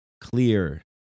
clear